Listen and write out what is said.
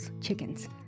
chickens